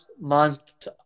month